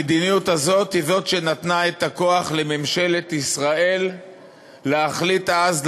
המדיניות הזאת היא שנתנה את הכוח לממשלת ישראל להחליט אז,